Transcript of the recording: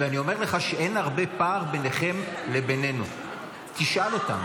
ואני אומר לך שהפערים בינינו ובינכם,